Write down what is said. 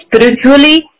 spiritually